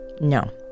No